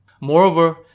Moreover